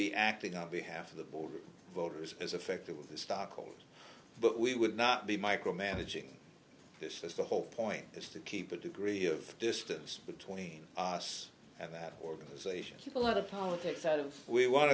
be acting on behalf of the voters voters as effectively the stockholders but we would not be micromanaging this is the whole point is to keep a degree of distance between us and that organization people out of politics out of we want